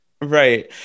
Right